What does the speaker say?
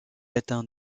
atteint